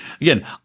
again